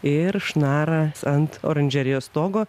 ir šnara ant oranžerijos stogo